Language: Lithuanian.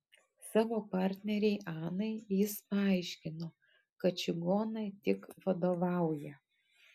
savo partnerei anai jis aiškino kad čigonai tik vadovauja